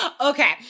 Okay